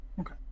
Okay